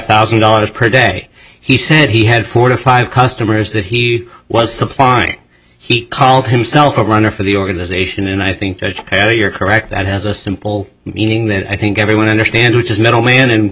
thousand dollars per day he said he had four to five customers that he was supplying he called himself a runner for the organization and i think you're correct that has a simple meaning that i think everyone understand which is middle man and